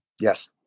Yes